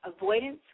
Avoidance